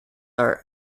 are